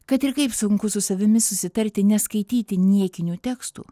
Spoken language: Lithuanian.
kad ir kaip sunku su savimi susitarti neskaityti niekinių tekstų